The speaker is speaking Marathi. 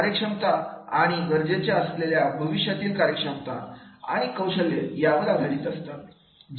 कार्यक्षमता आणि गरजेच्या असलेल्या भविष्यातील कार्यक्षमता आणि कौशल्य यावर आधारित असतात